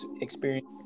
experience